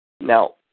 Now